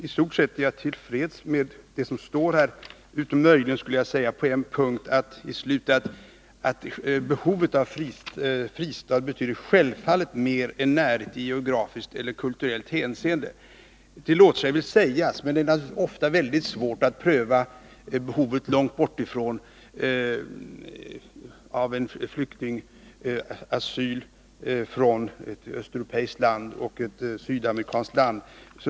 I stort sett är jag till freds med det som står där, utom möjligen på en punkt i slutet, där det heter: ”Den enskilde flyktingens behov av en fristad betyder självfallet mer än närhet i geografiskt och kulturellt hänseende.” Det låter sig sägas, men det är ofta mycket svårt att på långt avstånd pröva behovet av asyl för en flykting från ett östeuropeiskt resp. ett sydamerikanskt land.